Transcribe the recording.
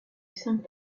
cinq